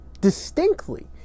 distinctly